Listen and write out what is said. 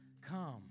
come